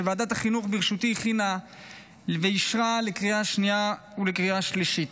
שוועדת החינוך בראשותי הכינה ואישרה לקריאה שנייה ולקריאה שלישית.